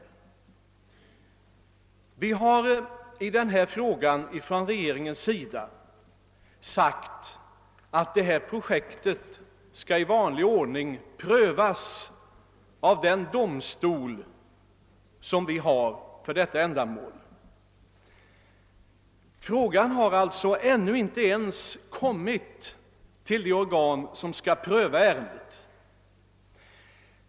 Och i regeringen har vi sagt att det projekt det här gäller först skall prövas i vanlig ordning av den domstol som finns för ändamålet. Frågan har ännu inte ens kommit till det organ som skall pröva ärendet.